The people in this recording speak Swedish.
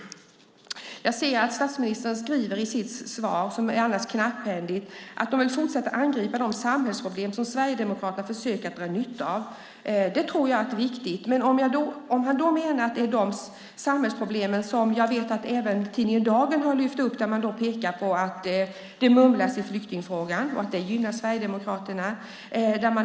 Jag ser att statsministern i sitt svar, som är knapphändigt, skriver att man vill fortsätta att angripa de samhällsproblem som Sverigedemokraterna försöker dra nytta av. Det tror jag är viktigt. Men menar han då att det är de samhällsproblem som jag vet att även tidningen Dagen har lyft upp där man pekar på att det mumlas i flyktingfrågan och att det gynnar Sverigedemokraterna?